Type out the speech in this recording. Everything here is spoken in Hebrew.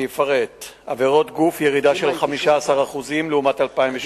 אני אפרט: עבירות גוף, ירידה של 15% לעומת 2008,